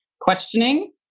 questioning